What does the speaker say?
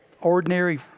ordinary